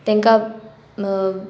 तांकां